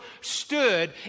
stood